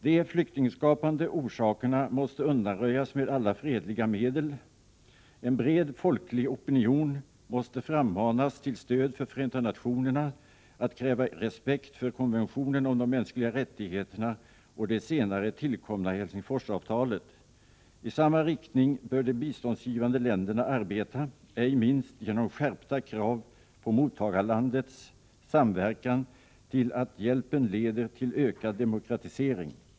De flyktingskapande orsakerna måste undanröjas med alla fredliga medel. En bred folklig opinion måste frammanas till stöd för Förenta nationerna att kräva respekt för konventionen om de mänskliga rättigheterna och det senare tillkomna Helsingforsavtalet. I samma riktning bör de biståndsgivande länderna arbeta — ej minst genom skärpta krav på mottagarlandets samverkan till att hjälpen leder till ökad demokratisering.